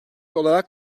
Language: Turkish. olarak